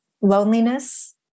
loneliness